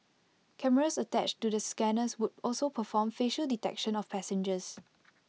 cameras attached to the scanners would also perform facial detection of passengers